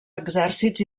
exèrcits